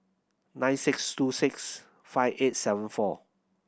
nine six two six five eight seven four